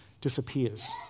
disappears